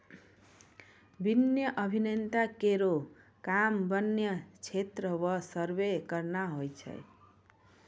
वन्य अभियंता केरो काम वन्य क्षेत्र म सर्वे करना होय छै